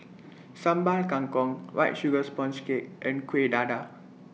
Sambal Kangkong White Sugar Sponge Cake and Kuih Dadar